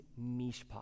mishpat